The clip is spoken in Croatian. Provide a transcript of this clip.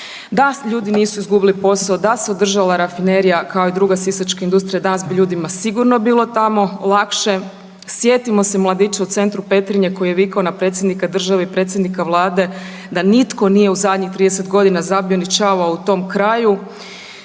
Da ljudi nisu izgubili posao, da se održala Rafinerija kao i druga sisačka industrija danas bi ljudima sigurno bilo tamo lakše. Sjetimo se mladića u centru Petrinje koji je vikao na predsjednika države i predsjednika Vlade da nitko nije u zadnjih 30 godina zabio ni čavao u tom kraju